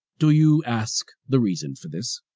do you ask the reason for this?